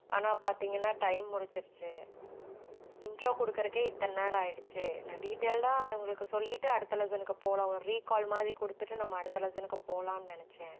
ஆனால் பார்த்திங்கன்னா டைம் முடிஞ்சிருச்சு இன்ட்ரோ கொடுக்கறக்கே இத்தனை நேரம் ஆயிடுச்சு நான் டீட்டெயில்டாக இவங்களுக்கு சொல்லிட்டு அடுத்த லெசனுக்கு போகலாம் ஒரு ரீக்கால் மாதிரி கொடுத்துட்டு நம்ம அடுத்த லெசனுக்கு போகலான்னு நினச்சேன்